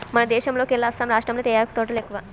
మన దేశంలోకెల్లా అస్సాం రాష్టంలో తేయాకు తోటలు ఎక్కువ